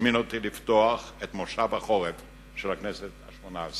להזמין אותי לפתוח את כנס החורף של הכנסת השמונה-עשרה.